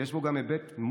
ויש בו גם היבט מוניציפלי.